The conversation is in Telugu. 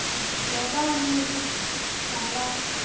యోగా అనేది చాలా